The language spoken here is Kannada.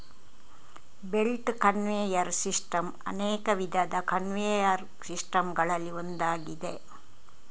ಬೆಲ್ಟ್ ಕನ್ವೇಯರ್ ಸಿಸ್ಟಮ್ ಅನೇಕ ವಿಧದ ಕನ್ವೇಯರ್ ಸಿಸ್ಟಮ್ ಗಳಲ್ಲಿ ಒಂದಾಗಿದೆ